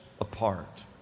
apart